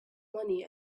money